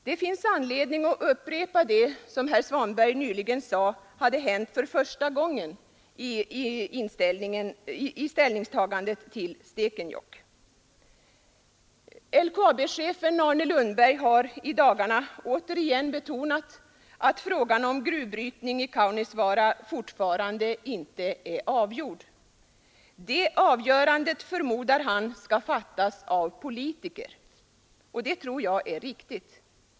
Det finns anledning att upprepa det som herr Svanberg nyligen sade hade hänt för första gången i ställningstagandet till Stekenjokk. LKAB-chefen Arne Lundberg har i dagarna återigen betonat att frågan om gruvbrytning i Kaunisvaara fortfarande inte är avgjord. Det beslutet förmodar han skall fattas av politiker, och jag tror att det är riktigt.